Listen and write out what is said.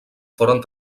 foren